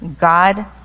God